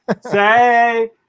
Say